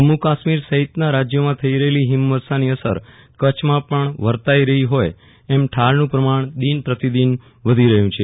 જમ્મુ કાશ્મીર સહિતના રાજ્યોમાં થઈ રફેલી ફિમવર્ષાની અસર કચ્છમાં પણ વર્તાઈ રફી ફોઈ ઠારનું પ્રમાણ દિન પ્રતિદિન વધી રહ્યું છે